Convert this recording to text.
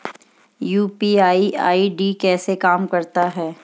UPI ID कैसे काम करता है?